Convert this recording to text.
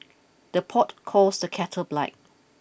the pot calls the kettle black